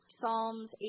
psalms